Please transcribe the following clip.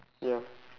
ya